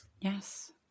Yes